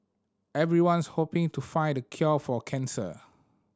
everyone's hoping to find the cure for cancer